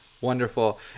Wonderful